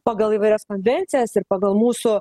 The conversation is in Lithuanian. pagal įvairias konvencijas ir pagal mūsų